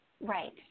Right